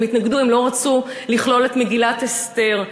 הם התנגדו, הם לא רצו לכלול את מגילת אסתר,